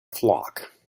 flock